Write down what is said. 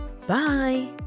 Bye